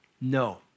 No